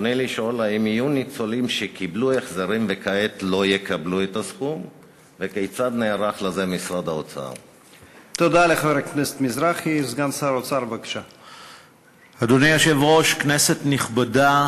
רצוני לשאול: 1. האם יהיו ניצולים